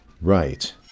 Right